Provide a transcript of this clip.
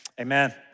Amen